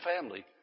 family